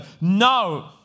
No